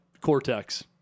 cortex